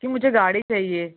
जी मुझे गाड़ी चाहिए